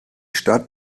stadt